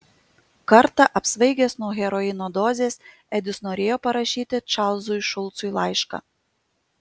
kartą apsvaigęs nuo heroino dozės edis norėjo parašyti čarlzui šulcui laišką